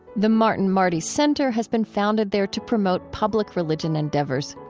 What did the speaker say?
the martin marty center has been founded there to promote public religion endeavors.